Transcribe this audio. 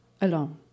alone